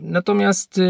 Natomiast